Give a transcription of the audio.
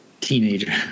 teenager